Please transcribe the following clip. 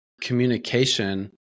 communication